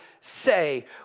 say